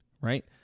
right